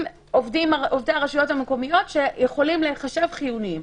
עובדי הרשויות המקומיות שיכולים להיחשב חיוניים.